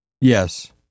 Yes